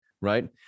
right